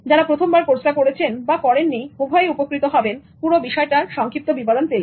যারা প্রথমবার কোর্সটা করেছেন বা করেননি উভয়ই উপকৃত হবেন পুরো বিষয়টার সংক্ষিপ্ত বিবরণ পেলে